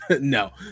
No